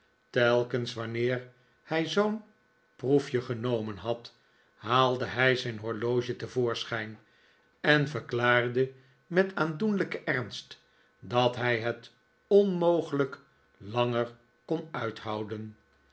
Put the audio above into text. telkens wanneer hij zoo'n proefje genomen had haalde hij zijn horloge te voorschijn en verklaarde met aandoenlijken ernst dat hij het onmogelijk langer kon uithouden